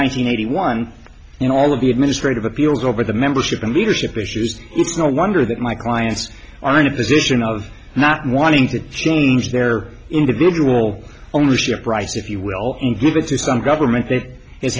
hundred eighty one and all of the administrative appeals over the membership in leadership issues it's no wonder that my clients are in a position of not wanting to change their individual ownership rights if you will give it to some government that